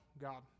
god